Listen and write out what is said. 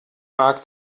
mag